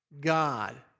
God